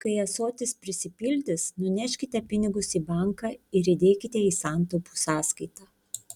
kai ąsotis prisipildys nuneškite pinigus į banką ir įdėkite į santaupų sąskaitą